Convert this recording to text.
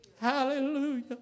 Hallelujah